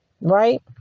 right